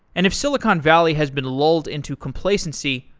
and if silicon valley has been lulled into complacency,